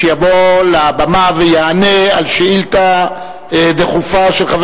שיבוא לבמה ויענה על שאילתא דחופה של חבר